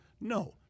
No